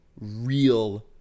real